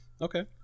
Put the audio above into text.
Okay